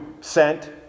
sent